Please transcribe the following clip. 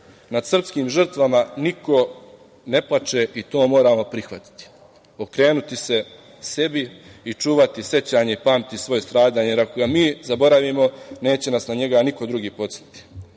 Nad srpskim žrtvama niko ne plače i to moramo prihvatiti, okrenuti se sebi i čuvati sećanje i pamtiti svoja stradanja, jer ako ga mi zaboravimo neće nas na njega niko drugi podsetiti.